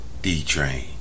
D-Train